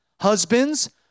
Husbands